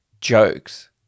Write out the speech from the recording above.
jokes